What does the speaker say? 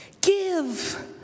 Give